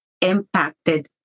impacted